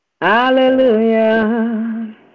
Hallelujah